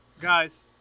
guys